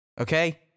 Okay